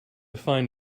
find